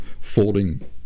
folding